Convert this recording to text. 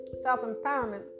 self-empowerment